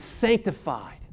sanctified